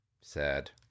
Sad